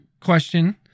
question